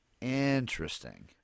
Interesting